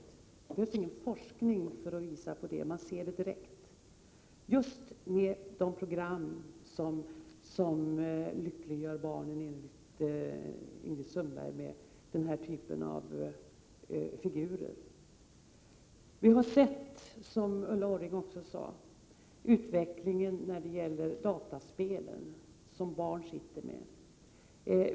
Det behövs ingen forskning för att visa på detta — man ser det direkt. Det gäller just de program som ”lyckliggör” barnen, enligt Ingrid Sundberg, med den här typen av figurer. 33 Vi har, som Ulla Orring sade, sett utvecklingen när det gäller dataspelen som barn sitter med.